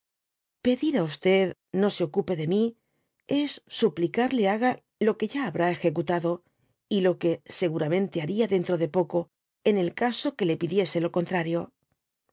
pedir á no se ocupe de mi es suplicarle haga lo que ya habrá ejecutado y lo que seguramente haria dentro de poco en el caso que le pidiese lo contrario